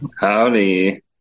Howdy